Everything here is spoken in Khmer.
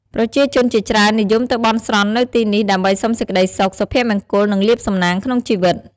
ប្រជាជនជាច្រើននិយមទៅបន់ស្រន់នៅទីនេះ ដើម្បីសុំសេចក្ដីសុខ សុភមង្គល និងលាភសំណាងក្នុងជីវិត។